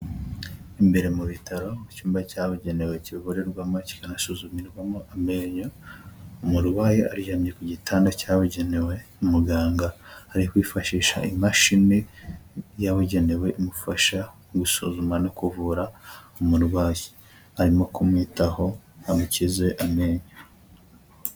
Imbere mu bitaro, mu cyumba cyabugenewe kivurirwamo kikanasuzumirwamo amenyo, umurwayi aryamye ku gitanda cyabugenewe, umuganga ari kwifashisha imashini yabugenewe imufasha gusuzuma no kuvura umurwayi, arimo kumwitaho amukize amenyo.